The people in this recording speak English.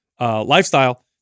lifestyle